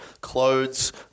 clothes